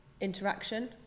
interaction